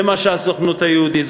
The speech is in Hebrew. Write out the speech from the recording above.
זה מה שהסוכנות היהודית,